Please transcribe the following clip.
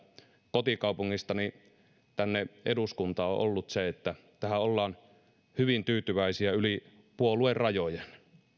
kotikaupungistani tänne eduskuntaan on on ollut se että tähän ollaan hyvin tyytyväisiä yli puoluerajojen